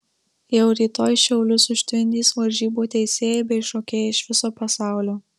jau rytoj šiaulius užtvindys varžybų teisėjai bei šokėjai iš viso pasaulio